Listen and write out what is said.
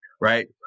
right